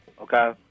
okay